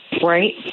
right